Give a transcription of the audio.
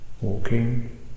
walking